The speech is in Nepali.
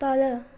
तल